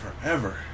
forever